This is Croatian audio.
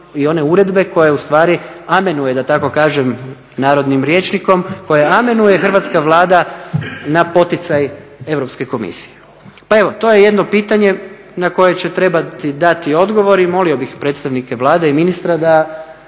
i one uredbe koje ustvari amenuje da tako kažem narodnim rječnikom koje amenuje hrvatska Vlada na poticaj Europske komisije. Pa evo to je jedno pitanje na koje će trebati dati odgovor i molio bih predstavnike Vlade i ministra da